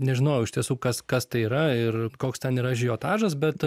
nežinojau iš tiesų kas kas tai yra ir koks ten yra ažiotažas bet